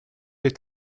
est